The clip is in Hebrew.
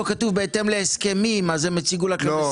פה כתוב בהתאם להסכמים, הם הציגו לכם הסכמים?